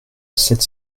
sept